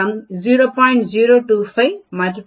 025 ஒன்றாக 0